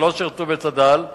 שלא שירתו בצד"ל,